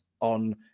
on